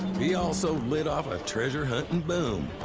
he also lit off ah treasure-hunting boom.